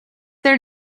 their